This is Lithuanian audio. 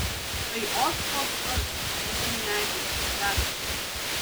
tai ot koks tas citrusinių medžių kraštas